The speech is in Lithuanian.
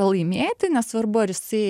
pralaimėti nesvarbu ar jisai